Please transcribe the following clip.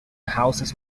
houses